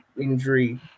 injury